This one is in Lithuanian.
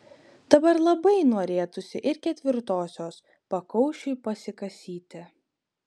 dabar labai norėtųsi ir ketvirtosios pakaušiui pasikasyti